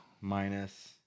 minus